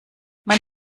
man